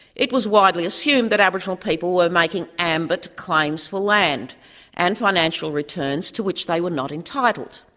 it was widely assumed that aboriginal people were making ambit claims for land and financial returns to which they were not entitled,